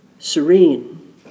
serene